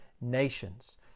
nations